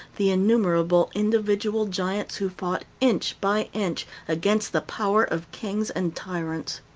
the innumerable individual giants who fought inch by inch against the power of kings and tyrants.